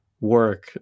work